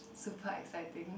super exciting